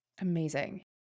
Amazing